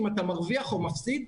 אם תרוויח או תפסיק.